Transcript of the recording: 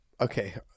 okay